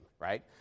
right